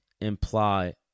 imply